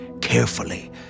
carefully